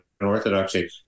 Orthodoxy